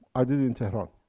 i did it in tehran,